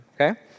Okay